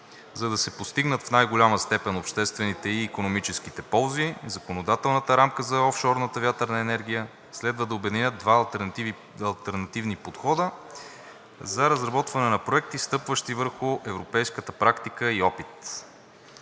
За да се постигнат в най-голяма степен обществените и икономическите ползи, законодателната рамка за офшорната вятърна енергия следва да обедини два алтернативни подхода за разработване на проекти, стъпващи върху европейската практика и опит.